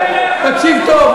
תקשיב טוב.